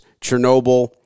Chernobyl